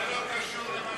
זה לא קשור,